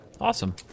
Awesome